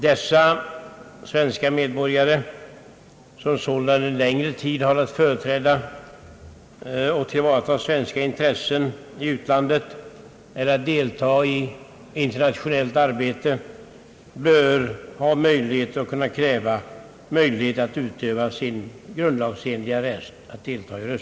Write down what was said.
Dessa svenska medborgare, som sålunda under längre tid har att företräda och tillvarata svenska intressen i utlandet eller delta i internationellt arbete, bör ha möjlighet att utöva sin grundlagsenliga rätt att delta i val.